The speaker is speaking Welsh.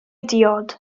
diod